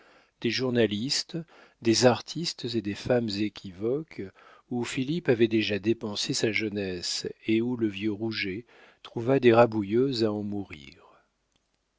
des journalistes des artistes et des femmes équivoques où philippe avait déjà dépensé sa jeunesse et où le vieux rouget trouva des rabouilleuses à en mourir